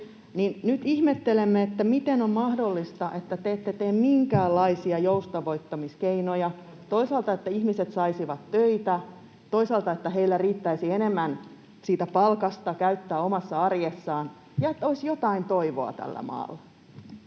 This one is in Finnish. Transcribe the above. Nyt ihmettelemme, miten on mahdollista, että te ette tee minkäänlaisia joustavoittamiskeinoja toisaalta siihen, että ihmiset saisivat töitä, toisaalta siihen, että heillä riittäisi enemmän siitä palkasta käyttää omassa arjessaan, niin että olisi jotain toivoa tällä maalla.